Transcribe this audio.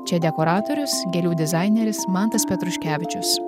čia dekoratorius gėlių dizaineris mantas petruškevičius